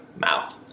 Mouth